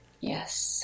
Yes